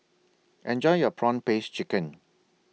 Enjoy your Prawn Paste Chicken